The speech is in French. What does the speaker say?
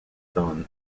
dawn